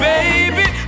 Baby